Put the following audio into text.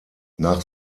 nach